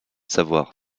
savoir